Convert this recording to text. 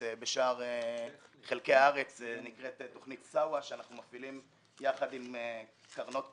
שאר חלקי הארץ שנקראת תוכנת סאווה שאנחנו מפעילים יחד עם קרנות קורט,